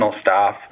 staff